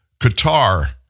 Qatar